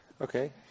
Okay